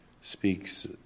speaks